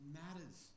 matters